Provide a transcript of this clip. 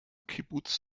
kibbuz